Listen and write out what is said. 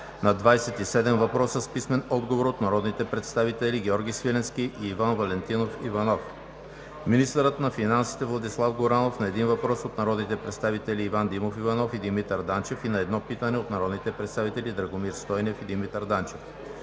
на 27 въпроса с писмен отговор от народните представители Георги Свиленски и Иван Валентинов Иванов; - министърът на финансите Владислав Горанов – на един въпрос от народните представители Иван Димов Иванов и Димитър Данчев; и на едно питане от народните представители Драгомир Стойнев и Димитър Данчев;